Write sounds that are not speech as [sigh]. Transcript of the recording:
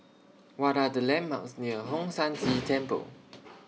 What Are The landmarks near Hong San [noise] See Temple [noise]